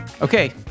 Okay